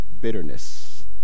bitterness